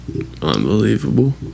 Unbelievable